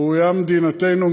ראויה מדינתנו,